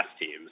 teams